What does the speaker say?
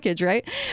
Right